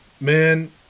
man